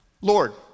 Lord